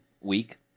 week